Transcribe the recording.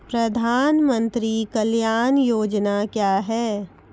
प्रधानमंत्री कल्याण योजना क्या हैं?